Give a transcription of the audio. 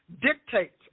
dictates